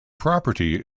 property